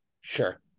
Sure